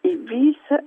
ir visą